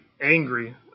angry